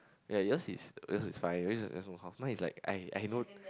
ya yours is yours is fine at least you just know half mine is like I I know